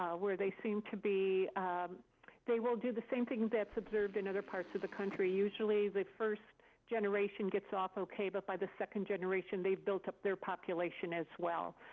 um where they seem to be they will do the same thing that's observed in other parts of the country. usually the first generation gets off ok, but by the second generation they've built up their population as well.